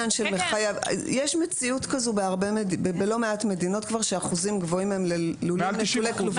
יש מציאות כזו בלא מעט מדינות שאחוזים גבוהים הם לולים נטולי כלובים.